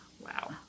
wow